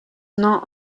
not